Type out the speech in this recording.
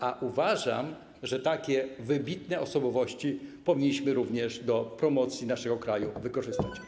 A uważam, że takie wybitne osobowości powinniśmy również do promocji naszego kraju wykorzystać.